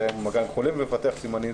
או שהיה במגע עם חולה ומפתח סימנים,